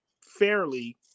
fairly